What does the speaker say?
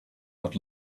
that